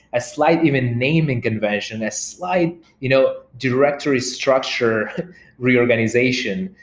a slight even naming convention, a slight you know directory structure reorganization.